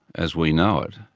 as we know it,